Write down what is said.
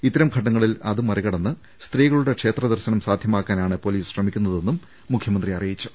ഇത്തരം ഘട്ടങ്ങളിൽ അത് മറികടന്ന് സ്ത്രീകളുടെ ക്ഷേത്ര ദർശനം സാധ്യ മാക്കാനാണ് പൊലീസ് ശ്രമിക്കുന്നതെന്നും മുഖ്യമന്ത്രി അറിയിച്ചു